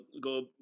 go